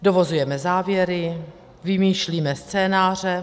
Dovozujeme závěry, vymýšlíme scénáře.